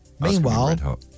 Meanwhile